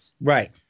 Right